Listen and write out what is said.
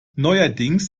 neuerdings